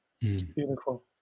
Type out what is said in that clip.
Beautiful